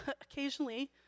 occasionally